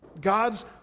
God's